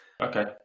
Okay